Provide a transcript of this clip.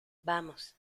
vamos